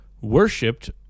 worshipped